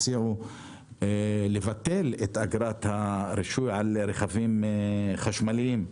הציעו לבטל את אגרת הרישוי על רכבים חשמליים.